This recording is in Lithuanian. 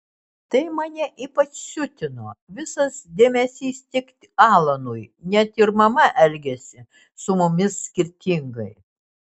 tai mane ypač siutino visas dėmesys tik alanui net ir mama elgėsi su mumis skirtingai